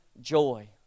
joy